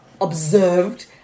observed